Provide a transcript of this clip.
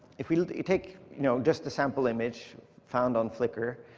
if we take you know just a sample image found on flickr,